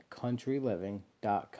countryliving.com